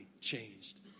changed